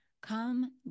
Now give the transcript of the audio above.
Come